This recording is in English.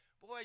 Boy